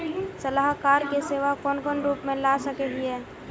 सलाहकार के सेवा कौन कौन रूप में ला सके हिये?